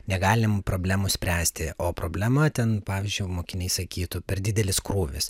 negalim problemų spręsti o problema ten pavyzdžiui mokiniai sakytų per didelis krūvis